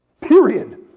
Period